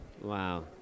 Wow